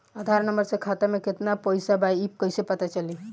आधार number से खाता में केतना पईसा बा ई क्ईसे पता चलि?